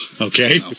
okay